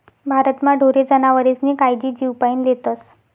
भारतमा ढोरे जनावरेस्नी कायजी जीवपाईन लेतस